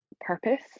purpose